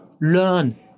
learn